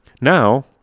Now